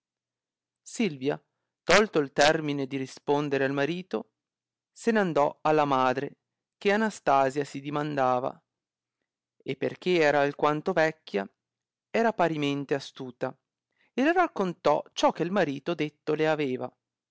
silvia tolto il termine di rispondere al marito se n andò alla madre che anastasia si dimandava e perchè era alquanto vecchia era parimente astuta e le raccontò ciò che marito detto le aveva